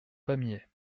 pamiers